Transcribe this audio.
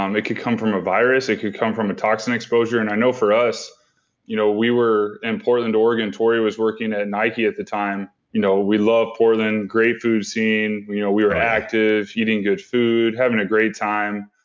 um it could come from a virus, it could come from a toxin exposure and i know for us you know we were in portland, oregon, tori was working at nike at the time. you know we love portland, great food scene. we you know we were active, eating good food, having a great time.